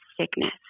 sickness